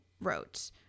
wrote